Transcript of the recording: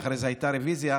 ואחרי זה הייתה רוויזיה,